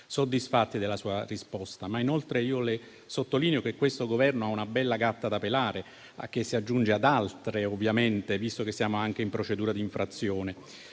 soddisfatti della sua risposta. Inoltre, le sottolineo che questo Governo ha una bella gatta da pelare che si aggiunge ad altre, ovviamente, visto che siamo anche in procedura di infrazione.